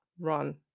run